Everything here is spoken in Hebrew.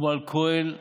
כמו על כוהל מפוגל.